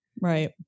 Right